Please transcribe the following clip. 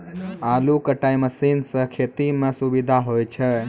आलू कटाई मसीन सें खेती म सुबिधा होय छै